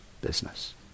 business